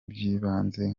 by’ibanze